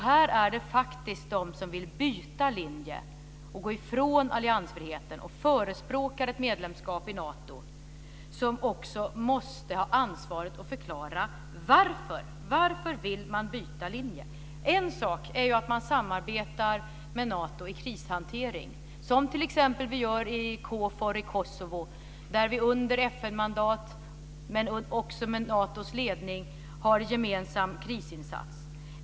Här är det faktiskt de som vill byta linje, gå ifrån alliansfriheten och förespråkar ett medlemskap i Nato som också måste ha ansvaret att förklara varför. Varför vill man byta linje? En sak är att man samarbetar i krishantering som vi t.ex. gör i KFOR i Kosovo. Där har vi under FN mandat men också med Natos ledning en gemensam krisinsats.